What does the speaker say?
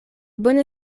bone